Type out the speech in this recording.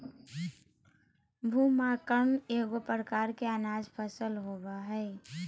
broomcorn एगो प्रकार के अनाज फसल होबो हइ